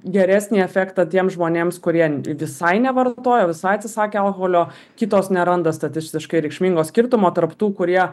geresnį efektą tiems žmonėms kurie visai nevartojo visai atsisakė alkoholio kitos neranda statistiškai reikšmingo skirtumo tarp tų kurie